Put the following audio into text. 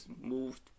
moved